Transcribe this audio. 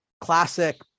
classic